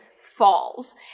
falls